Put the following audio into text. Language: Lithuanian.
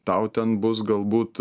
tau ten bus galbūt